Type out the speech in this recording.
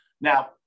Now